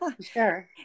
sure